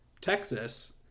texas